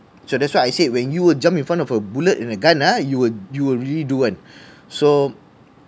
so that's why I said when you will jump in front of a bullet and a gun ah you will you will really do [one] so